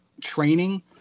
training